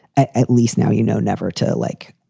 at least now, you know, never to, like,